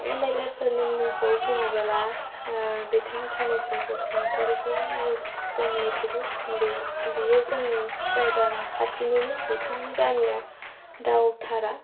M L A फोरनि मुंखौ बुङोबोला बिथां थानेस्व'र बसुमतारिखौ जों मिथिगौ बि बियो जोंनि जायगा खाथिनिनो बिथांनि गामिआ दावथारा